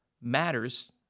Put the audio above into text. matters